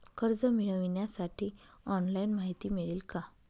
कर्ज मिळविण्यासाठी ऑनलाइन माहिती मिळेल का?